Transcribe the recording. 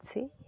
See